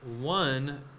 one